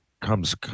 comes